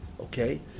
okay